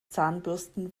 zahnbürsten